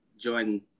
Join